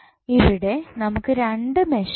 ഇവിടെ നമുക്ക് രണ്ട് മെഷ് ഉണ്ട്